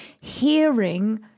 hearing